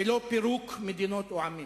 ולא של פירוק מדינות או עמים.